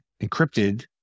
encrypted